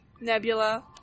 Nebula